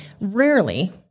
rarely